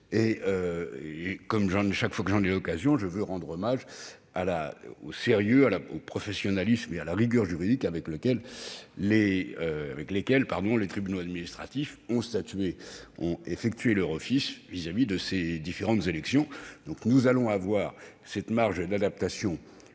Comme chaque fois que j'en ai l'occasion, je veux rendre hommage au sérieux, au professionnalisme et à la rigueur juridique avec lesquels les tribunaux administratifs ont accompli leur office pour ces différentes élections. Donc nous disposerons de cette marge d'adaptation,